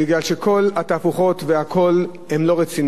מפני שכל התהפוכות לא רציניות,